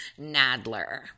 Nadler